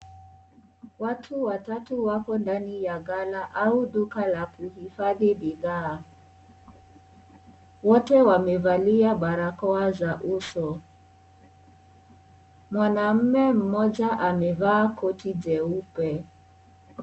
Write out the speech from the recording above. Watu watatu wako ndani ya gala au duka la kuhifadhi bidhaa. Wote wamevalia barakoa za uso. Mwanamme mmoja amevaa koti jeupe.